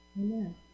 Amen